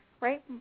Right